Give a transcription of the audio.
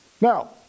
Now